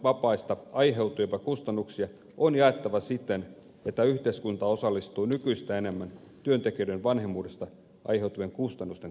vanhempainvapaista aiheutuvia kustannuksia on jaettava siten että yhteiskunta osallistuu nykyistä enemmän työntekijöiden vanhemmuudesta aiheutuvien kustannusten korvaamiseen